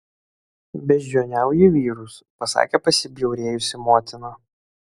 beždžioniauji vyrus pasakė pasibjaurėjusi motina